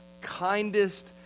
kindest